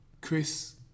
Chris